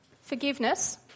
forgiveness